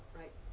right